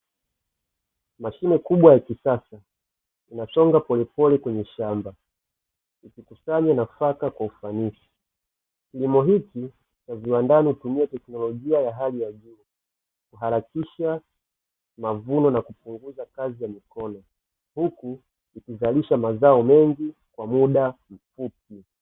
Mashine kubwa ya kisasa inasonga polepole kwenye shamba ikikusanya nafaka kwa ufanisi, kilimo hiki cha kiwandani hutumia teknolojia ya hali ya juu, kuharakisha mavuno na kupunguza kazi za mikono, huku ikizalisha mazao mengi kwa muda mfupi.